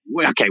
Okay